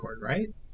right